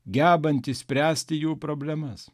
gebanti spręsti jų problemas